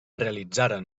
realitzaren